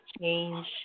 change